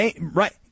right